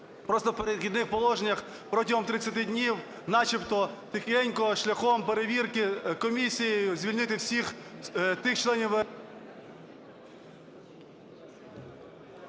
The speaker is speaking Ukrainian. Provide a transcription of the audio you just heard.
просто в "Перехідних положеннях" протягом 30 днів начебто тихенько, шляхом перевірки комісією звільнити всіх тих членів ВРП…